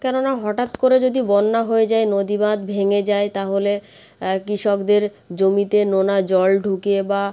কেননা হঠাৎ করে যদি বন্যা হয়ে যায় নদীবাঁধ ভেঙে যায় তাহলে কৃষকদের জমিতে নোনা জল ঢুকে বা